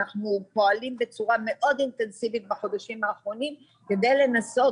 אנחנו פועלים בצורה מאוד אינטנסיבית בחודשים האחרונים כדי לנסות,